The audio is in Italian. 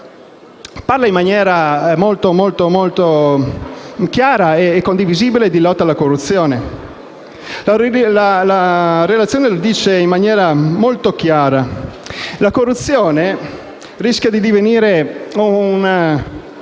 parla in maniera molto chiara e condivisibile di lotta alla corruzione. Nella relazione si dice in modo lineare che la corruzione rischia di divenire un